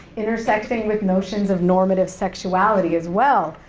intersecting with notion of normative sexuality as well,